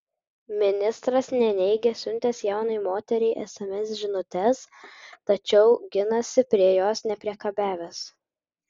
ministras neneigia siuntęs jaunai moteriai sms žinutes tačiau ginasi prie jos nepriekabiavęs